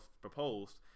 proposed